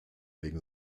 wegen